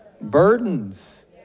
burdens